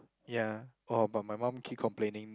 ya orh but my mum keep complaining